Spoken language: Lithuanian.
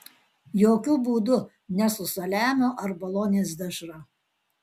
jokiu būdu ne su saliamiu ar bolonės dešra